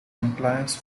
compliance